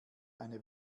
eine